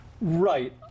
Right